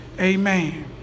Amen